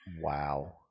Wow